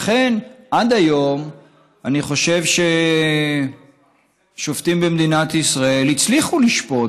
לכן עד היום אני חושב ששופטים במדינת ישראל הצליחו לשפוט,